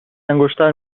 انگشتر